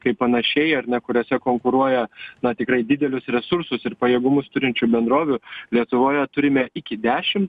kaip panašiai ar ne kuriuose konkuruoja na tikrai didelius resursus ir pajėgumus turinčių bendrovių lietuvoje turime iki dešim